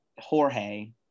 Jorge